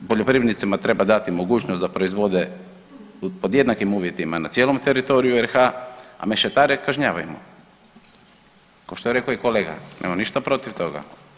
Poljoprivrednicima treba dati mogućnost da proizvode pod jednakim uvjetima na cijelom teritoriju RH, a mešetare kažnjavajmo, košto je rekao i kolega nemam ništa protiv toga.